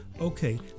Okay